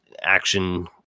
action